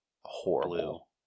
horrible